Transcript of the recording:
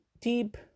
deep